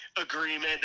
agreement